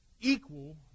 equal